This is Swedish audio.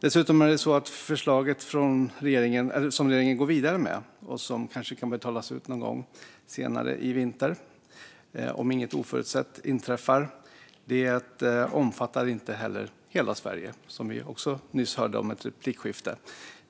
Dessutom är det så att det förslag som regeringen går vidare med - och som kanske kan betalas ut någon gång senare i vinter, om inget oförutsett inträffar - inte omfattar hela Sverige, vilket vi också hörde om i ett replikskifte nyss.